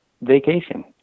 vacation